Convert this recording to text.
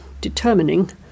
determining